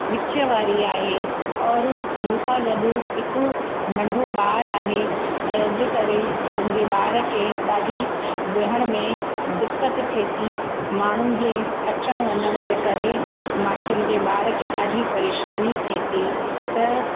विचु वारी आहे और मूं सां गॾु हिकु नंढो ॿार आहे जंहिंजे करे मुंहिंजे ॿार खे ॾाढी विहण में दिक़त थिए थी माण्हुनि जे अचण वञण जे करे मांखे मुंहिंजे ॿार खे ॾाढी परेशानी थिए थी त